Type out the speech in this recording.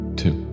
two